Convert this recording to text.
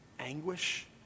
Anguish